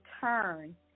turn